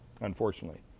unfortunately